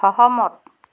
সহমত